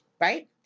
right